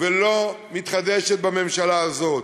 ולא מתחדשת בממשלה הזאת.